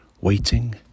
Waiting